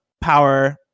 power